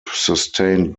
sustained